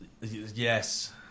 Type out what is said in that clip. Yes